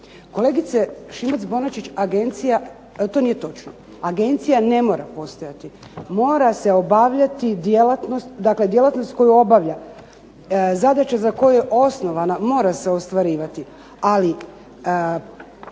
Kolegice Šimac Bonačić to nije točno. Agencija ne mora postojati. Mora se obavljati djelatnost, dakle djelatnost koju obavlja. Zadaća za koju je osnovana mora se ostvarivati. Ali